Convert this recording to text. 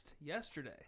yesterday